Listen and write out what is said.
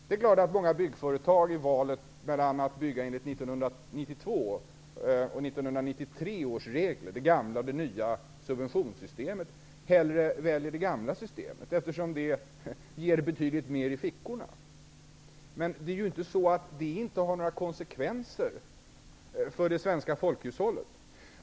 Det är klart att många byggföretag i valet mellan att bygga enligt 1992 och 1993 års regler, det gamla och det nya subventionssystemet, hellre väljer det gamla systemet, eftersom det ger betydligt mer i fickorna. Men det betyder inte att detta inte får några konsekvenser för det svenska folkhushållet.